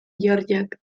georgiak